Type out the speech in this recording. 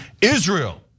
Israel